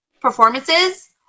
performances